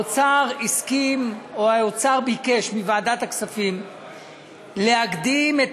האוצר ביקש מוועדת הכספים להקדים את